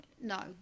no